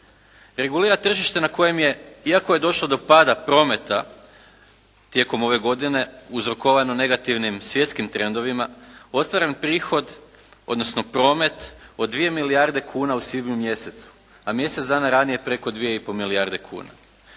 Regulira tržište na kojem je iako je došlo do pada prometa tijekom ove godine uzrokovano negativnim svjetskim trendovima, ostvaren prihod, odnosno promet od 2 milijarde kuna u svibnju mjesecu, a mjesec dana ranije preko 2,5 milijarde kuna.